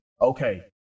okay